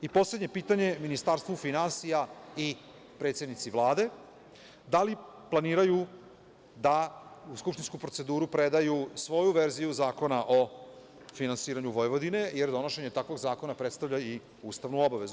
I poslednje pitanje Ministarstvu finansija i predsednici Vlade - da li planiraju da u skupštinsku proceduru predaju svoju verziju zakona o finansiranju Vojvodine, jer donošenje takvog zakona predstavlja i ustavnu obavezu?